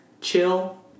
chill